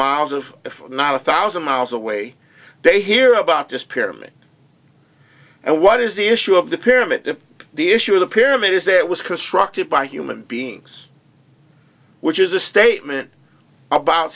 miles of if not a thousand miles away they hear about this pyramid and what is the issue of the pyramid if the issue of the pyramid is it was constructed by human beings which is a statement about